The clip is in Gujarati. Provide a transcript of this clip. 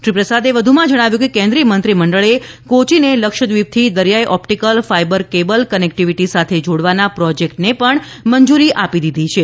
શ્રી પ્રસાદે વધુમાં જણાવ્યું કે કેન્દ્રીય મંત્રીમંડળે કોચીને લક્ષ્દ્રીપથી દરિયાઈ ઓપ્ટીકલ ફાઈબર કેબલ કનેક્ટિવીટી સાથે જોડવાના પ્રોજેકટને પણ મંજૂરી આપી દીધી છે